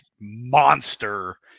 monster